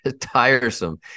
tiresome